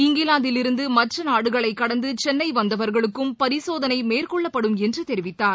இங்கிலாந்திலிருந்து மற்ற நாடுகளை கடந்து சென்னை வந்தவர்களுக்கும் பரிசோதனை மேற்கொள்ளப்படும் என்று தெரிவித்தார்